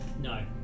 No